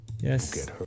yes